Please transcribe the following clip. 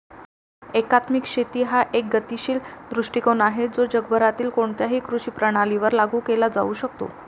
एकात्मिक शेती हा एक गतिशील दृष्टीकोन आहे जो जगभरातील कोणत्याही कृषी प्रणालीवर लागू केला जाऊ शकतो